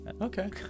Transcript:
Okay